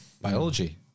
Biology